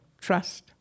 trust